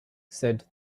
said